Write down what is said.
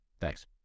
Thanks